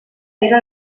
era